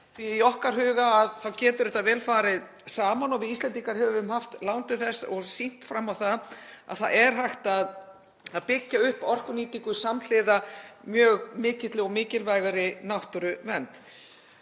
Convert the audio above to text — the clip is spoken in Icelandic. Í okkar huga getur það vel farið saman. Við Íslendingar höfum haft lán til þess og sýnt fram á að það er hægt að byggja upp orkunýtingu samhliða mjög mikilli og mikilvægri náttúruvernd.